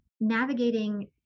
navigating